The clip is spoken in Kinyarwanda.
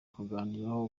kuganiraho